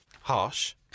Harsh